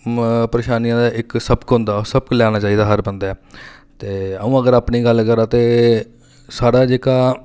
म परेशानियां दा इक सबक होंदा ओह् सबक लैना चाहिदा हर बंदे ते अ'ऊं अगर अपनी गल्ल करां ते साढ़ा जेह्का